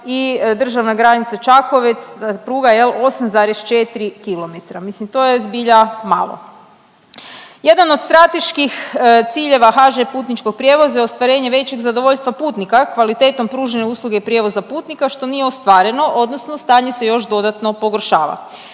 i državna granica-Čakovec, pruga, je li, 8,4 km. Mislim, to je zbilja malo. Jedan od strateških ciljeva HŽ Putničkog prijevoza i ostvarenje većeg zadovoljstva putnika kvalitetom pružene usluge prijevoza putnika, što nije ostvareno, odnosno stanje se još dodatno pogoršava.